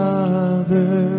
Father